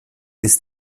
ist